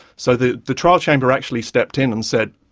so the the trial chamber actually stepped in and said,